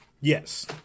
Yes